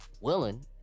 willing